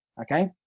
okay